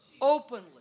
openly